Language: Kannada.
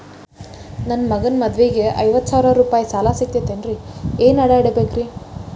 ನನ್ನ ಮಗನ ಮದುವಿಗೆ ಐವತ್ತು ಸಾವಿರ ರೂಪಾಯಿ ಸಾಲ ಸಿಗತೈತೇನ್ರೇ ಏನ್ ಅಡ ಇಡಬೇಕ್ರಿ?